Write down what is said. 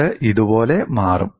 അത് ഇതുപോലെ മാറും